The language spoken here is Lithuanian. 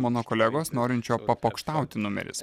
mano kolegos norinčio papokštauti numeris